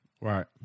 Right